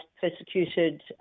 persecuted